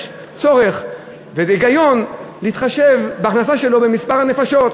יש צורך והיגיון להתחשב בהכנסה שלו במספר הנפשות.